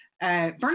Bernie